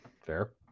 Fair